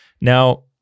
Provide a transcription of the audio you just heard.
Now